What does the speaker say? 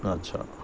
اچھا